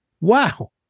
Wow